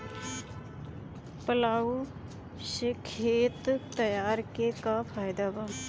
Plough से खेत तैयारी के का फायदा बा?